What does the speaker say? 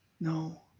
no